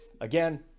Again